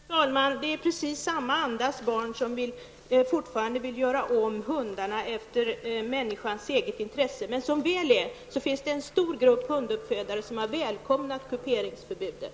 Fru talman! Det är precis samma andas barn som fortfarande vill göra om hundarna efter människans eget intresse. Men som väl är finns det en stor grupp hunduppfödare som välkomnat kuperingsförbudet.